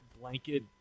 blanket